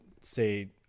say